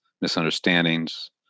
misunderstandings